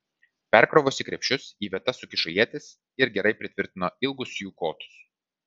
perkrovusi krepšius į vietas sukišo ietis ir gerai pritvirtino ilgus jų kotus